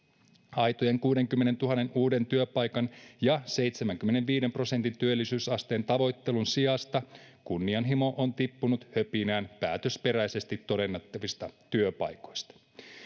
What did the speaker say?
aitojen kuudenkymmenentuhannen uuden työpaikan ja seitsemänkymmenenviiden prosentin työllisyysasteen tavoittelun sijasta kunnianhimo on tippunut höpinään päätösperäisesti todennettavista työpaikoista